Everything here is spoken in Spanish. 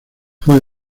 fue